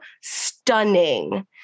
stunning